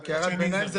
הערת ביניים,